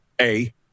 A-